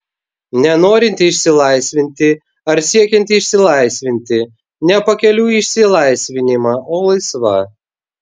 ne norinti išsilaisvinti ar siekianti išsilaisvinti ne pakeliui į išsilaisvinimą o laisva